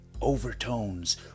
overtones